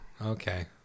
Okay